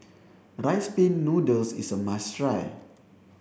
rice pin noodles is a must try